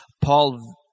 Paul